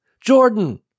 Jordan